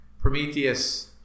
Prometheus